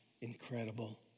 incredible